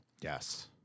Yes